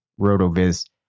Rotoviz